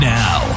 now